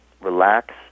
relax